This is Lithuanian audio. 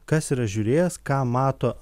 kas yra žiūrėjęs ką mato